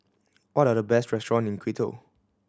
what are the best restaurant in Quito